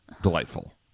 delightful